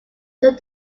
took